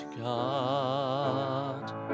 God